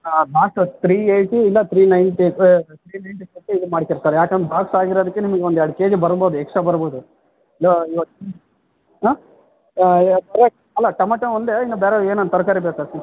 ಹಾಂ last three eighty ಇಲ್ಲ three ninety three ninety ಇದು ಮಾಡುತಿರ್ತಾರೆ ಯಾಕಂದ್ರ್ ಬಾಕ್ಸ್ ಆಗಿರೋದಿಕ್ಕೆ ನಿಮಗೆ ಒಂದು ಎರಡು ಕೆಜಿ ಬರ್ಬೋದು ಎಕ್ಸ್ಟ್ರಾ ಬರ್ಬೋದು ಹಾಂ ಅಲ್ಲ ಟಮೆಟೆ ಒಂದೇ ಇನ್ನೂ ಬೇರೆ ಏನನ ತರಕಾರಿ ಬೇಕಾ